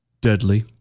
deadly